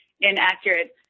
inaccurate